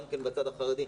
גם בצד החרדי.